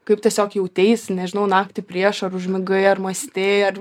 kaip tiesiog jauteisi nežinau naktį prieš ar užmigai ar mąstei ar